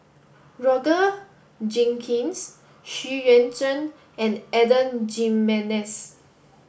Roger Jenkins Xu Yuan Zhen and Adan Jimenez